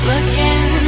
Looking